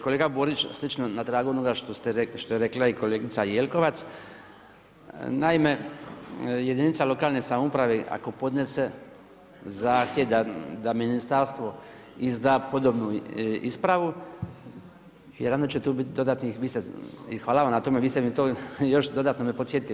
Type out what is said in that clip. Kolega Borić slično na tragu onoga što je rekla i kolegica Jelkovac, naime jedinice lokalne samouprave ako podnese zahtjev da ministarstvo izda podobnu ispravu, jer onda će tu biti dodatnih i hvala vam na tome, vi ste mi to, još dodatno me podsjetili.